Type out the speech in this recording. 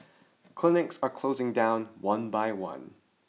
clinics are closing down one by one